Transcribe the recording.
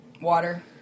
Water